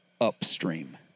upstream